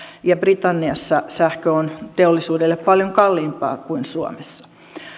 ja britanniassa sähkö on teollisuudelle paljon kalliimpaa kuin suomessa